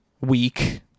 week